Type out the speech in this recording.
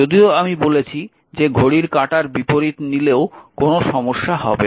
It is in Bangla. যদিও আমি বলেছি যে ঘড়ির কাঁটার বিপরীতে নিলেও কোনও সমস্যা হবে না